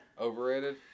Overrated